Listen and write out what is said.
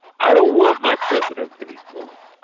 and want my president to be bullied.